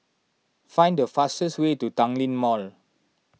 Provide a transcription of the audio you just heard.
find the fastest way to Tanglin Mall